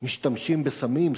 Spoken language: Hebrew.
משתמשים בסמים,